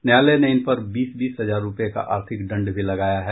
न्यायालय ने इन पर बीस बीस हजार रूपये का आर्थिक दंड भी लगाया है